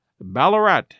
Ballarat